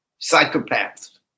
psychopaths